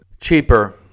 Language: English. cheaper